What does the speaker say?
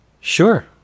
Sure